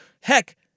Heck